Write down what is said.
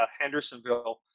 Hendersonville